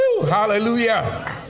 Hallelujah